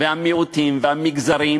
והמיעוטים והמגזרים,